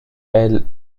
elle